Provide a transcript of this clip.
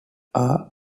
are